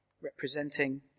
representing